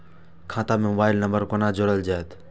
खाता से mobile number कोना जोरल जेते?